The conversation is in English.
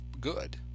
good